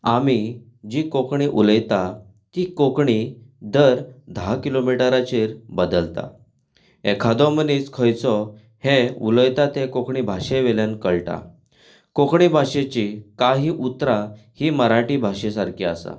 आमी जी कोंकणी उलयता ती कोंकणी दर धा किलोमिटराचेर बदलता एखादो मनीस खंयचो हें उलयता तें भाशे वेल्यान कळटा कोंकणी भाशेची काही उतरां हीं मराठी भाशे सारकीं आसा